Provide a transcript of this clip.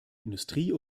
industrie